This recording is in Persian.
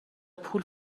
پول